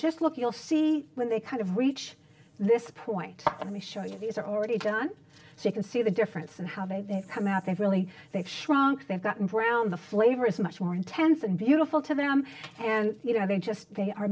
just look you'll see when they kind of reach this point let me show you these are already done so you can see the difference and how they come out they've really they've shrunk they've gotten brown the flavor is much more intense and beautiful to them and you know they just they are